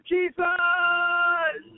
Jesus